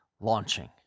launching